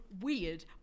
weird